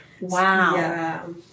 Wow